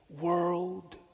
world